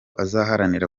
azaharanira